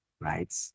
right